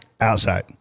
Outside